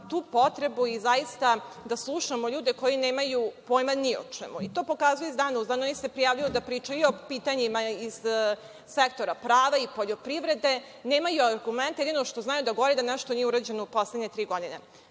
tu potrebu i zaista da slušamo ljude koji nemaju pojma ni o čemu i to pokazuju iz dana u dan. Oni se prijavljuju da pričaju o pitanjima iz sektora prava i poljoprivrede, nemaju argumente, jedino što znaju da kažu je da nešto nije urađeno u poslednje tri godine.